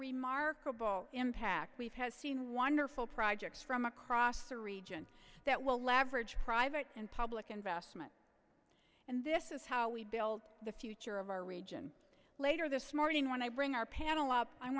remarkable impact we've has seen wonderful projects from across the region that will leverage private and public investment and this is how we build the future of our region later this morning when i bring our panel up i'm